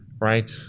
right